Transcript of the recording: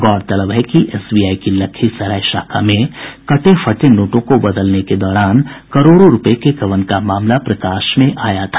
गौरतलब है कि एसबीआई की लखीसराय शाखा में कटे फटे नोटों को बदलने के दौरान करोड़ों रूपये के गबन का मामला प्रकाश में आया था